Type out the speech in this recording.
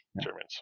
Germans